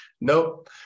nope